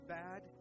bad